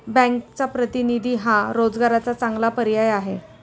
बँकचा प्रतिनिधी हा रोजगाराचा चांगला पर्याय आहे